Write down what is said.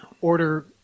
order